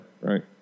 right